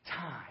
time